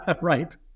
Right